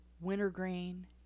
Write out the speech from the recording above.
wintergreen